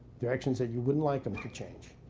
directions that you wouldn't like them to change.